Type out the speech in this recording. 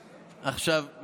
עכשיו,